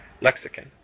lexicon